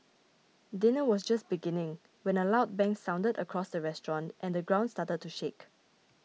dinner was just beginning when a loud bang sounded across the restaurant and the ground started to shake